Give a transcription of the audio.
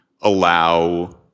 allow